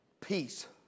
peace